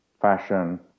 fashion